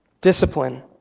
Discipline